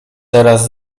teraz